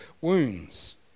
wounds